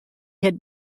had